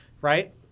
right